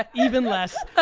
ah even less,